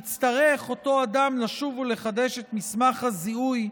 יצטרך אותו אדם לשוב ולחדש את מסמך הזיהוי,